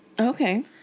Okay